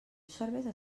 cervesa